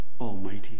almighty